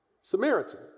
Samaritan